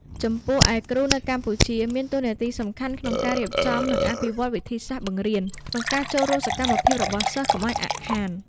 ចំពោះឯ គ្រូនៅកម្ពុជា មានតួនាទីសំខាន់ក្នុងការរៀបចំ និងអភិវឌ្ឍវិធីសាស្ត្របង្រៀន ក្នុងការចូលរួមសកម្មភាពរបស់សិស្សកុំឱ្យអាក់ខាន។